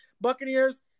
Buccaneers